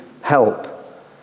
help